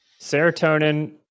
serotonin